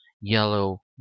yellow